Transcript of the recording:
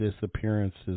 disappearances